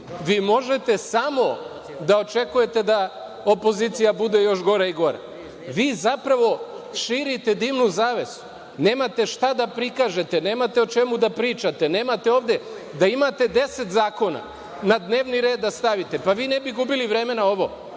vi možete samo da očekujete da opozicija bude još gora i gora. Vi zapravo širite dimnu zavesu, nemate šta da prikažete, nemate o čemu da pričate, da imate ovde deset zakona na dnevni red da stavite, pa vi ne bi gubili vreme na ovo.